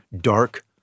dark